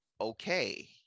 okay